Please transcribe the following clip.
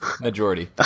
majority